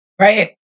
Right